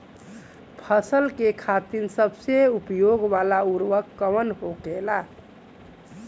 फसल के खातिन सबसे उपयोग वाला उर्वरक कवन होखेला?